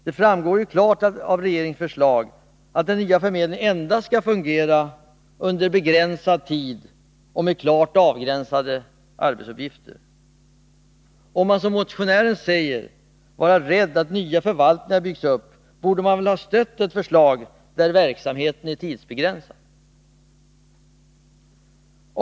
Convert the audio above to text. Det framgår klart av regeringens förslag att den nya förmedlingen endast skall fungera under begränsad tid och med klart avgränsade arbetsuppgifter. Om man, som motionärerna, säger sig vara rädd för att nya förvaltningar byggs upp, borde man väl ha stött ett förslag där verksamheten är tidsbegränsad.